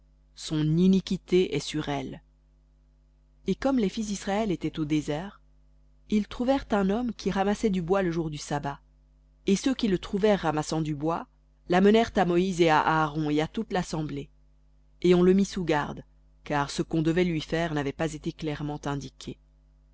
son iniquité est sur elle et comme les fils d'israël étaient au désert ils trouvèrent un homme qui ramassait du bois le jour du sabbat et ceux qui le trouvèrent ramassant du bois l'amenèrent à moïse et à aaron et à toute lassemblée et on le mit sous garde car ce qu'on devait lui faire n'avait pas été clairement indiqué